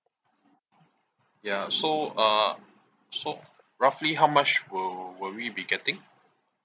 ya so uh so roughly how much will will we be getting